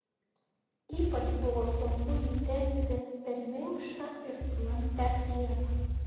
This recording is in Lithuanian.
ypač buvo sunku jį tempti per minkštą ir klampią pievą